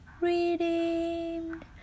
redeemed